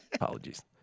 Apologies